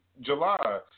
July